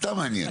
סתם מעניין.